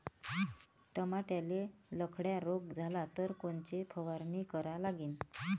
टमाट्याले लखड्या रोग झाला तर कोनची फवारणी करा लागीन?